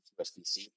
USDC